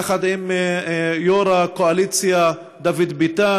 יחד עם יושב-ראש הקואליציה דוד ביטן,